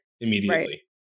Immediately